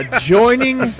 Joining